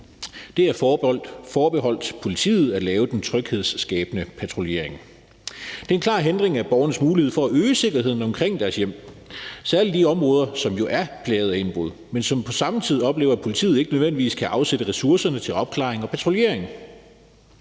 Det er forbeholdt politiet at lave den tryghedsskabende patruljering. Og det er en klar hindring af borgernes mulighed for at øge sikkerheden omkring deres hjem, særlig i de områder, som jo er plaget af indbrud, men som på samme tid oplever, at politiet ikke nødvendigvis kan afsætte ressourcerne til opklaring og patruljering.